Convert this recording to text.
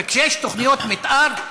וכשיש תוכניות מתאר,